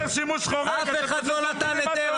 אף אחד לא נתן היתר.